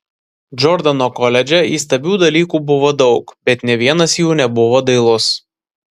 džordano koledže įstabių dalykų buvo daug bet nė vienas jų nebuvo dailus